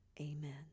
Amen